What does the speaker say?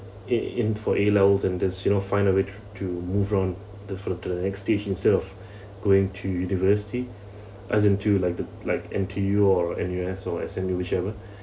in in for A levels and there's you know find a way t~ to move on to fro~ to the next stage instead of going to university as in to like the like N_T_U or N_U_S or S_M_U whichever